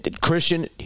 Christian